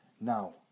Now